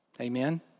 Amen